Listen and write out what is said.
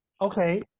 Okay